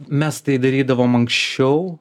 mes tai darydavom anksčiau